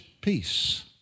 peace